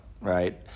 right